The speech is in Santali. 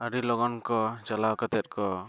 ᱟᱹᱰᱤ ᱞᱚᱜᱚᱱ ᱠᱚ ᱪᱟᱞᱟᱣ ᱠᱟᱛᱮᱫ ᱠᱚ